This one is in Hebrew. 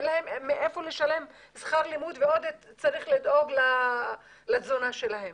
אין להם מאיפה לשלם שכר לימוד ועוד צריך לדאוג לתזונה שלהם.